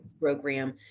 program